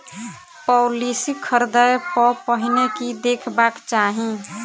Policy खरीदै सँ पहिने की देखबाक चाहि?